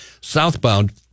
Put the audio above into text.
southbound